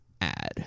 add